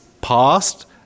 past